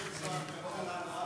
את שר הכלכלה?